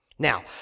Now